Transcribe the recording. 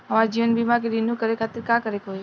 हमार जीवन बीमा के रिन्यू करे खातिर का करे के होई?